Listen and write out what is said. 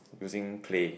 using clay